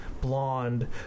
blonde